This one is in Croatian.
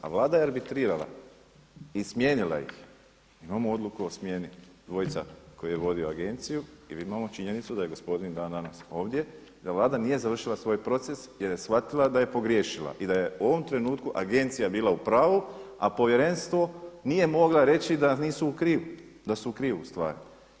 A vlada je arbitrirala i smijenila ih, imamo odluku o smjeni dvojica koji je vodio agenciju i imamo činjenicu da je gospodin i dan danas ovdje i da Vlada nije završila svoj proces jer je shvatila da je pogriješila i da je u ovom trenutku agencija bila u pravu, povjerenstvu nije mogla reći da nisu u krivu, da su u krivu ustvari.